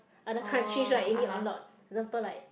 other country right you need a lot example like